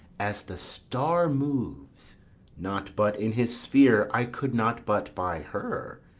as the star moves not but in his sphere, i could not but by her.